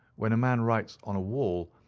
when a man writes on a wall,